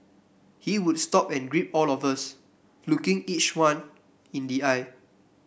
he would stop and greet all of us looking each one in the eye